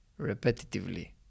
repetitively